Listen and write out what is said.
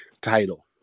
title